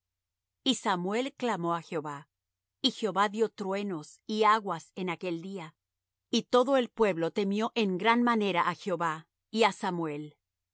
y samuel clamó á jehová y jehová dió truenos y aguas en aquel día y todo el pueblo temió en gran manera á jehová y á samuel